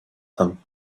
them